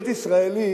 להיות ישראלי